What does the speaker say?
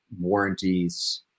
warranties